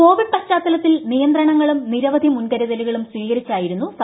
Covid പശ്ചാത്തലത്തിൽ നിയന്ത്രണങ്ങളും നിരവധി മുൻകരുതലുകളൂം സ്വീകരിച്ചായിരുന്നു സഭ ചേർന്നത്